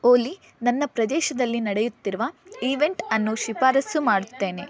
ಓಲಿ ನನ್ನ ಪ್ರದೇಶದಲ್ಲಿ ನಡೆಯುತ್ತಿರುವ ಈವೆಂಟ್ ಅನ್ನು ಶಿಫಾರಸ್ಸು ಮಾಡುತ್ತೇನೆ